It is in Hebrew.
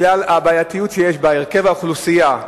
בגלל הבעייתיות שיש בה, הרכב האוכלוסייה,